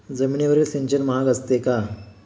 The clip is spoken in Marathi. जमिनीवरील सिंचन महाग असते का?